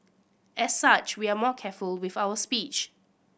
as such we are more careful with our speech